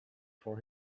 for